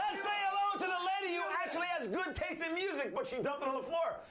say hello to the lady who actually has good taste in music, but she dumped it on the floor.